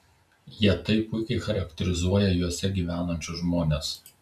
jie taip puikiai charakterizuoja juose gyvenančius žmones